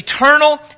eternal